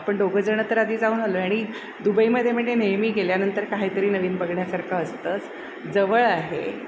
आपण दोघंजण तर आधी जाऊन आलो आहे आणि दुबईमध्ये म्हणजे नेहमी गेल्यानंतर काहीतरी नवीन बघण्यासारखं असतंच जवळ आहे